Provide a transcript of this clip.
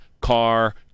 car